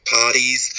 parties